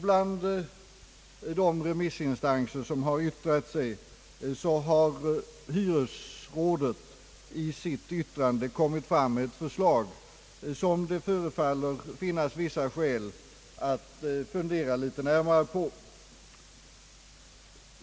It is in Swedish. Bland de remissinstanser som har yttrat sig är hyresrådet, vilket i sitt yttrande framlagt ett förslag som det förefaller finnas vissa skäl att fundera litet närmare på.